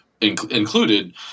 included